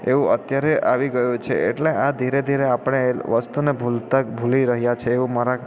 એવું અત્યારે આવી ગયું છે એટલે આ ધીરે ધીરે આપણે વસ્તુને ભૂલતા ભૂલી રહ્યા છે એવું મારા